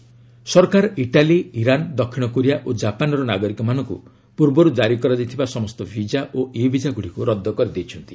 ଗଭ୍ advisory ସରକାର Italy Iran ଦକ୍ଷିଣ Korea ଓ କାପାନ୍ର ନାଗରିକମାନଙ୍କୁ ପୂର୍ବରୁ ଜାରି କରାଯାଇଥିବା ସମସ୍ତ ବିଜା ଓ ଇ ବିଜାଗୁଡ଼ିକୁ ରଦ୍ଦ କରିଦେଇଛନ୍ତି